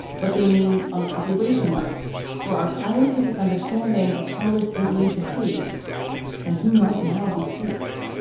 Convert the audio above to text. what they mean on a population level for our scientific understanding of how this disease behaves and who might now be safe.